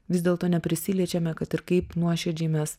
vis dėlto neprisiliečiame kad ir kaip nuoširdžiai mes